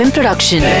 Production